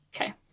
Okay